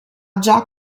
già